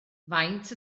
faint